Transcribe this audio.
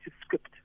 script